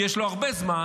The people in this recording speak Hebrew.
כי יש לו הרבה זמן,